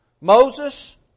Moses